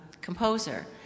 composer